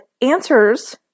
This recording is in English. answers